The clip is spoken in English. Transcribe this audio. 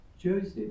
Joseph